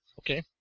Okay